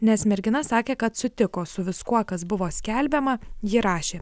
nes mergina sakė kad sutiko su viskuo kas buvo skelbiama ji rašė